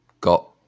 got